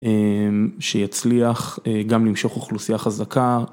שיצליח גם למשוך אוכלוסייה חזקה.